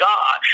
God